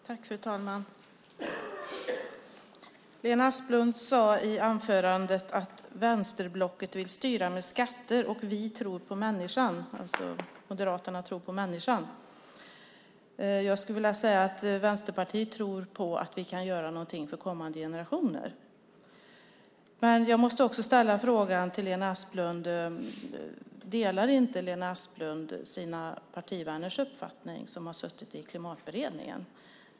Fru talman! Lena Asplund sade i sitt anförande att vänsterblocket vill styra med skatter och att Moderaterna tror på människan. Jag skulle vilja säga att Vänsterpartiet tror på att vi kan göra något för kommande generationer. Jag måste fråga om Lena Asplund inte delar sina partivänners uppfattning i Klimatberedningen.